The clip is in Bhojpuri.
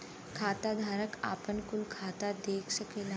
खाताधारक आपन कुल खाता देख सकला